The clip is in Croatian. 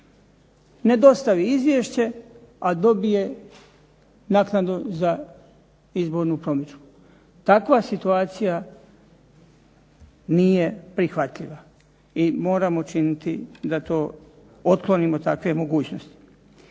Ne dostavi izvješće, a dobije naknadu za izbornu promidžbu. Takva situacija nije prihvatljiva i moramo činiti da to otklonimo takve mogućnosti.